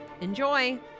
Enjoy